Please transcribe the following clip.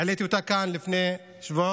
העליתי אותה כאן לפני שבועות,